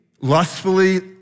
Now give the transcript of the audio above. lustfully